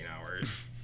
hours